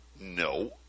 No